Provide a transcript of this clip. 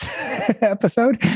episode